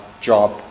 job